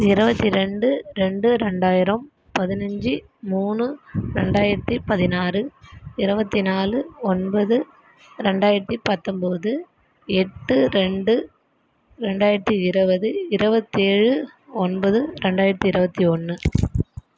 இருபத்தி ரெண்டு ரெண்டு ரெண்டாயிரம் பதினஞ்சு மூணு ரெண்டாயிரத்தி பதினாறு இருபத்தி நாலு ஒன்பது ரெண்டாயிரத்தி பத்தொன்பது எட்டு ரெண்டு ரெண்டாயிரத்தி இருபது இருவத்தேழு ஒன்பது ரெண்டாயிரத்தி இருபத்தி ஒன்று